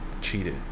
cheated